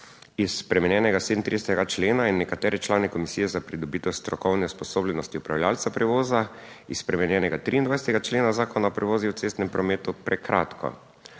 iz spremenjenega 37. člena in nekatere člane komisije za pridobitev strokovne usposobljenosti upravljavca prevoza iz spremenjenega 23. člena Zakona o prevozih v cestnem prometu, prekratko.